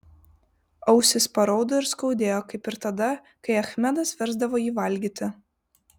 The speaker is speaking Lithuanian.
ausis paraudo ir skaudėjo kaip ir tada kai achmedas versdavo jį valgyti